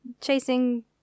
chasing